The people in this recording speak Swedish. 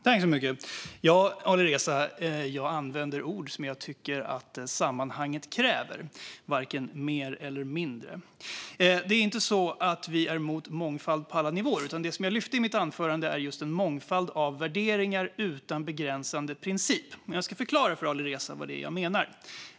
Herr talman! Jag använder de ord jag tycker att sammanhanget kräver, Alireza, varken mer eller mindre. Det är inte så att vi är emot mångfald på alla nivåer, utan det jag lyfte i mitt anförande är idén om en mångfald av värderingar utan begränsande princip. Jag ska förklara för Alireza vad det är jag menar.